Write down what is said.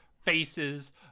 faces